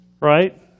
Right